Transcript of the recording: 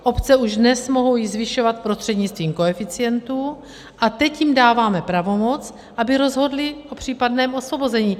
Obce ji již dnes mohou zvyšovat prostřednictvím koeficientu a teď jim dáváme pravomoc, aby rozhodly o případném osvobození.